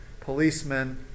policemen